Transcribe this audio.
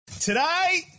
Today